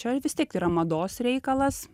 čia vis tiek yra mados reikalas